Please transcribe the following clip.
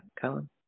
Colin